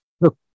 Look